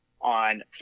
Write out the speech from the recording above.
on